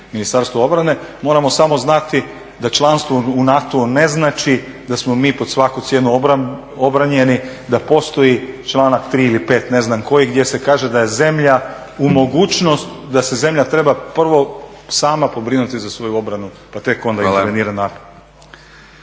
Ministarstvu obrane, moramo samo znati da članstvo u NATO-u ne znači da smo mi pod svaku cijenu obranjeni, da postoji članak 3.ili 5. ne znam koji gdje se kaže da je zemlja mogućnost da se zemlja treba prvo sama pobrinuti za svoju obranu pa tek onda … /Govornik